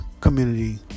community